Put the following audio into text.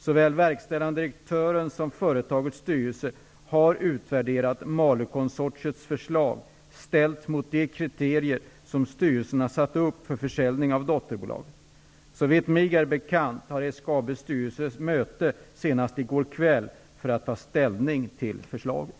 Såväl verkställande direktören som företagets styrelse har utvärderat Malåkonsortiets förslag ställt mot de kriterier som styrelsen har satt upp för försäljningar av dotterbolag. Såvitt mig är bekant hade SGAB:s styrelse möte senast i går kväll för att ta ställning till förslaget.